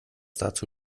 dazu